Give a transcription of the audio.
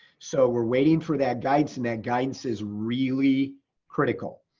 so we're waiting for that guidance and that guidance is really critical.